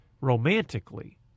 romantically